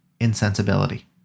insensibility